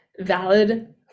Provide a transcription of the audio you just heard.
valid